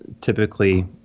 typically